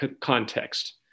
context